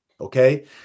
okay